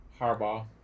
Harbaugh